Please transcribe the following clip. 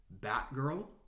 Batgirl